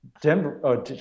Denver